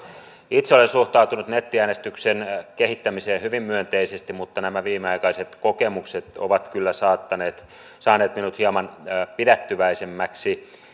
itse olen suhtautunut nettiäänestyksen kehittämiseen hyvin myönteisesti mutta nämä viimeaikaiset kokemukset ovat kyllä saaneet minut hieman pidättyväisemmäksi